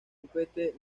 copete